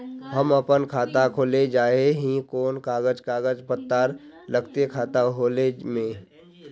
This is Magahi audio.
हम अपन खाता खोले चाहे ही कोन कागज कागज पत्तार लगते खाता खोले में?